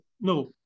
no